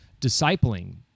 discipling